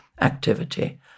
activity